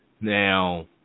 Now